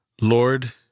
Lord